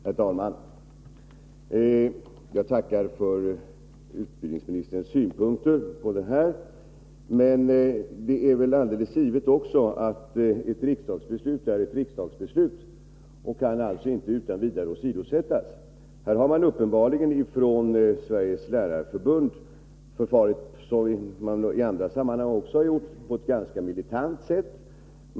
Herr talman! Jag tackar för utbildningsministerns synpunkter. Det är väl alldeles givet att ett riksdagsbeslut är ett riksdagsbeslut. Det kan inte utan vidare åsidosättas. Här har man uppenbarligen från Sveriges lärarförbund förfarit — som man också har gjort i andra sammanhang -— på ett ganska militant sätt.